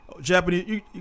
Japanese